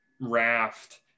raft